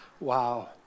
Wow